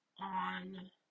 on